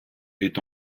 est